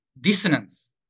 dissonance